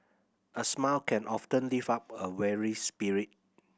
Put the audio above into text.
a smile can often lift up a weary spirit